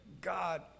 God